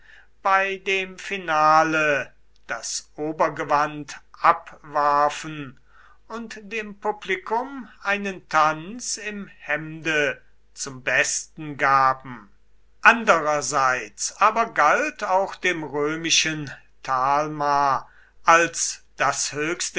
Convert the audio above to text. bei dem finale das obergewand abwarfen und dem publikum einen tanz im hemde zum besten gaben andererseits aber galt auch dem römischen talma als das höchste